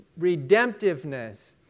redemptiveness